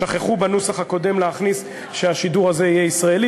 שכחו בנוסח הקודם להכניס שהשידור הזה יהיה ישראלי.